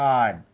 God